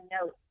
note